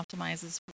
optimizes